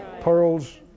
Pearls